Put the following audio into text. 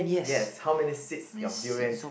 yes how many seeds your durians